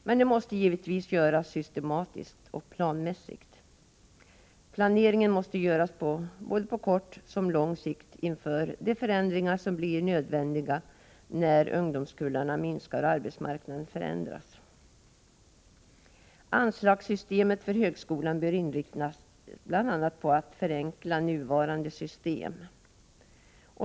Men det måste givetvis göras systematiskt och planmässigt. Planeringen måste göras såväl på kort som på lång sikt inför de förändringar som blir nödvändiga när ungdomskullarna minskar och arbetsmarknaden förändras. Anslagssystemet för högskolan bör inriktas bl.a. på att förenkla nuvarande system.